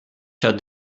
shut